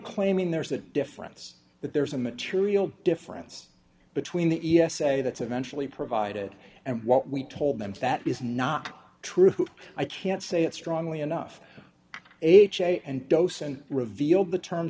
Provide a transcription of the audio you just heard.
claiming there's a difference but there's a material difference between the e s a that's eventually provided and what we told them that is not true i can't say it strongly enough a j and dosen revealed the terms